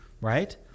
right